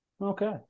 Okay